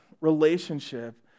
relationship